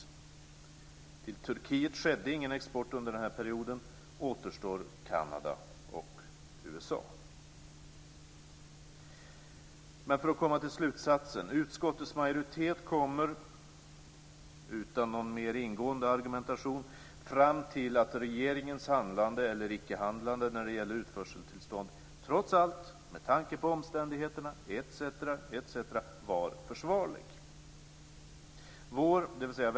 Till Turkiet skedde ingen export under den här perioden. Återstår Kanada och USA. För att komma till slutsatsen: Utskottets majoritet kommer, utan någon mer ingående argumentation, fram till att regeringens handlande, eller ickehandlande, när det gäller utförseltillstånd trots allt med tanke på omständigheterna etc. var försvarligt. Vår, dvs.